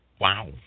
wow